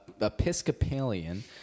Episcopalian